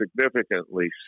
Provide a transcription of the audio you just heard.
significantly